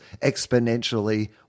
exponentially